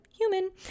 human